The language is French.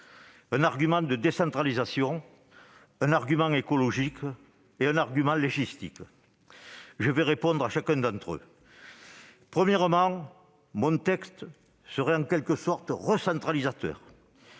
: l'un de décentralisation, l'autre écologique et le troisième de légistique. Je vais répondre à chacun d'entre eux. Premièrement, mon texte serait en quelque sorte recentralisateur,